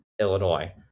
Illinois